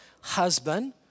husband